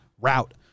route